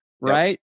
right